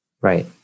Right